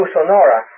Sonora